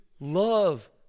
love